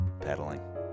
pedaling